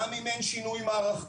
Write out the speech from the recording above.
גם אם אין שינוי מערכתי,